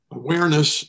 awareness